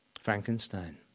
Frankenstein